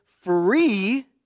free